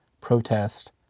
protest